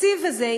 התקציב הזה,